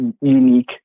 unique